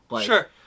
Sure